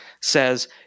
says